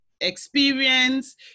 experience